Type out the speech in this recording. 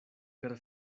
per